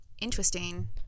interesting